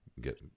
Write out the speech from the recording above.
get